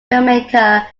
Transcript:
filmmaker